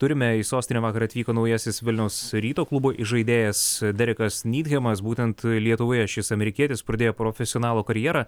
turime į sostinę vakar atvyko naujasis vilniaus ryto klubo įžaidėjas derekas nydhemas būtent lietuvoje šis amerikietis pradėjo profesionalo karjerą